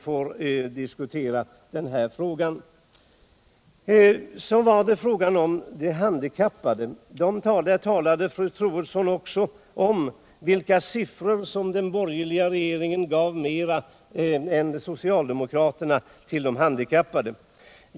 Fru Troedsson redovisade siffror som skulle visa att den borgerliga regeringen gav mer än socialdemokraterna till de handikappade.